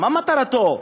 מה מטרתו?